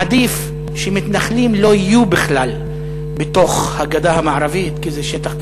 עדיף שמתנחלים לא יהיו בכלל בתוך הגדה המערבית כי זה שטח כבוש.